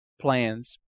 plans